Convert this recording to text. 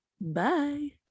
Bye